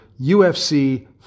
UFC